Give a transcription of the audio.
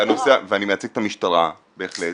אני מייצג את המשטרה, בהחלט.